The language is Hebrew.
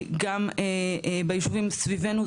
גם ביישובים סביבנו,